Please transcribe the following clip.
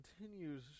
continues